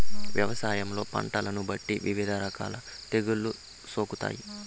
వ్యవసాయంలో పంటలను బట్టి వివిధ రకాల తెగుళ్ళు సోకుతాయి